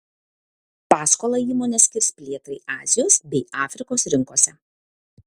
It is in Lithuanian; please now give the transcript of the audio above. paskolą įmonė skirs plėtrai azijos bei afrikos rinkose